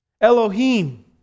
Elohim